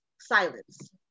silence